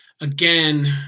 again